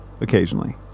Occasionally